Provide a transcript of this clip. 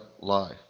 life